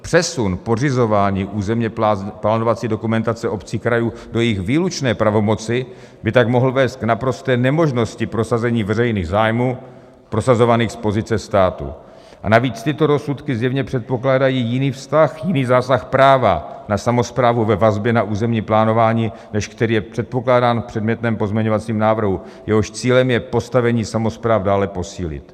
Přesun pořizování územněplánovací dokumentace obcí a krajů do jejich výlučné pravomoci by tak mohl vést k naprosté nemožnosti prosazení veřejných zájmů prosazovaných z pozice státu, a navíc tyto rozsudky zjevně předpokládají jiný vztah, jiný zásah práva na samosprávu ve vazbě na územní plánování, než který je předpokládán v předmětném pozměňovacím návrhu, jehož cílem je postavení samospráv dále posílit.